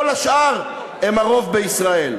כל השאר הם הרוב בישראל.